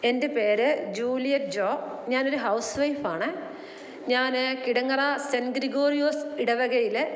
എൻ്റെ പേര് Juliet Job ഞാനൊരു ഹൗസ് വൈഫാണ് ഞാൻ കിടങ്ങറ സെൻറ്റ് ഗ്രിഗോറിയോസ് ഇടവകയിലെ